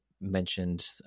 mentioned